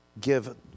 give